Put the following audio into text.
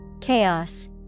Chaos